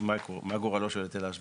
מה גורלו של היטל ההשבחה.